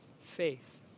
faith